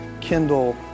Kindle